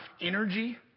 energy